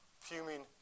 fuming